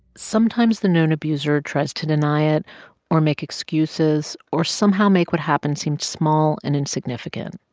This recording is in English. sometimes, the known abuser tries to deny it or make excuses or somehow make what happened seem small and insignificant.